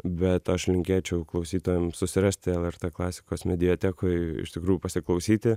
bet aš linkėčiau klausytojams susirasti lrt klasikos mediatekoj iš tikrųjų pasiklausyti